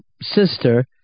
sister